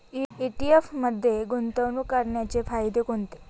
ETF मध्ये गुंतवणूक करण्याचे फायदे कोणते?